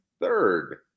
third